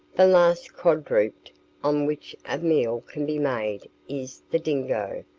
the last quadruped on which a meal can be made is the dingo,